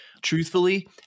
Truthfully